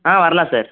ஆ வரலாம் சார்